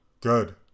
Good